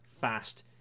fast